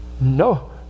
No